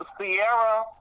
Sierra